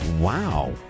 Wow